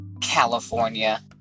California